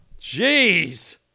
Jeez